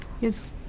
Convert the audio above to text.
Yes